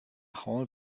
whole